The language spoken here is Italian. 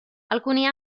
alcuni